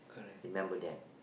remember then